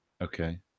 Okay